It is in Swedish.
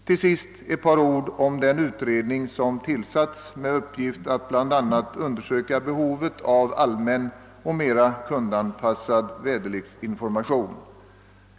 Till sist vill jag säga några ord om den utredning som tillsatts med uppgift att bl.a. undersöka behovet av allmän och mera kundanpassad väderleksinformation.